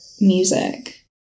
music